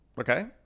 Okay